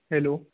hello